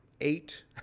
eight